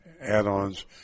add-ons